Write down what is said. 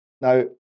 Now